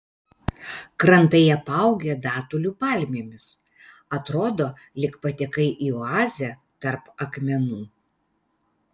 krantai apaugę datulių palmėmis atrodo lyg patekai į oazę tarp akmenų